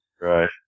Right